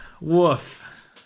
woof